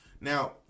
Now